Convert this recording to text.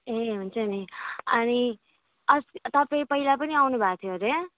ए हुन्छ नि अनि अस् तपाईँ पहिला पनि आउनुभएको थियो हो त्यहाँ